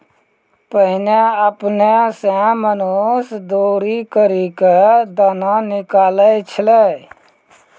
पहिने आपने सें मनुष्य दौरी करि क दाना निकालै छलै